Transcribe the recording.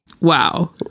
Wow